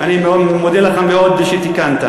אולמרט, אני מודה לך מאוד שתיקנת.